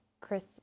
Chris